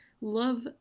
love